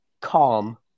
calm